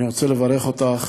אני רוצה לברך אותך